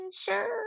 sure